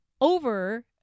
over